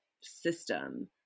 system